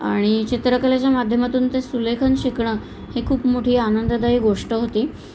आणि चित्रकलेच्या माध्यमातून ते सुलेखन शिकणं हे खूप मोठी आनंददायी गोष्ट होती